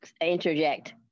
interject